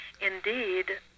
indeed